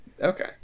Okay